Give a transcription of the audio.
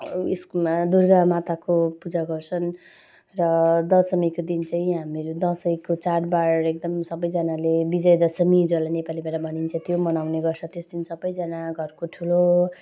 यसकोमा दुर्गा माताको पूजा गर्छन् र दशमीको दिन चाहिँ यहाँ हामीहरू दसैँको चाडबाड एकदम सबजनाले विजयदशमी जसलाई नेपालीबाट भनिन्छ त्यो मनाउने गर्छ त्यस दिन सबजना घरको ठुलो